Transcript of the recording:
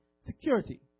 security